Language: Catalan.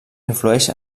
influeix